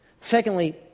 Secondly